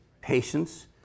patience